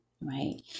right